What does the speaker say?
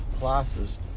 classes